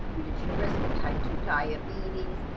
reduce your risk of type two diabetes,